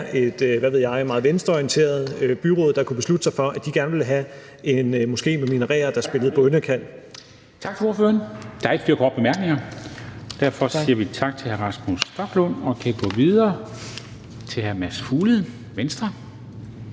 jeg, meget venstreorienteret byråd, der kunne beslutte sig for, at de gerne ville have en moské med minareter, der spillede bønnekald. Kl. 19:31 Formanden (Henrik Dam Kristensen): Tak til ordføreren. Der er ikke flere korte bemærkninger, og derfor siger vi tak til hr. Rasmus Stoklund og kan gå videre til hr. Mads Fuglede, Venstre.